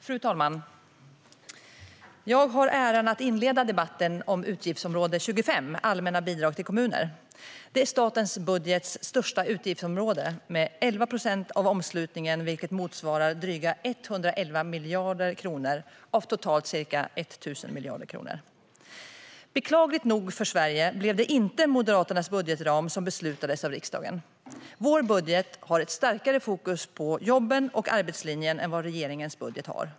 Fru talman! Jag har äran att inleda debatten om utgiftsområde 25 Allmänna bidrag till kommuner. Det är statens budgets största utgiftsområde, med 11 procent av omslutningen, vilket motsvarar drygt 111 miljarder kronor av totalt ca 1 000 miljarder. Beklagligt nog för Sverige blev det inte Moderaternas budgetram som beslutades av riksdagen. Vår budget har ett starkare fokus på jobben och arbetslinjen än vad regeringens budget har.